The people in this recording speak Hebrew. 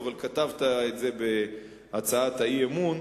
אבל כתבת את זה בהצעת האי-אמון.